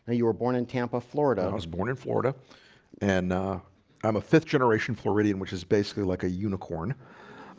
ah you were born in tampa, florida. i was born in florida and i'm a fifth-generation floridian, which is basically like a unicorn